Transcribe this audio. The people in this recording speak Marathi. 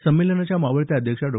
संमेलनाच्या मावळत्या अध्यक्ष डॉ